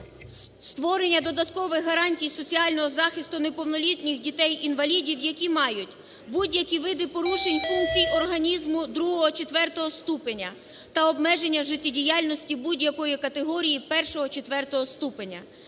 створення додаткових гарантій соціального захисту неповнолітніх дітей-інвалідів, які мають будь-які види порушень функцій організму ІІ-IV ступеня та обмеження життєдіяльності будь-якої категорії І-IV ступеня.